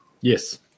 Yes